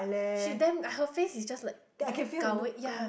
she damn her face is just like very gao wei ya